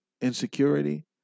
insecurity